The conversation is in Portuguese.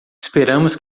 esperamos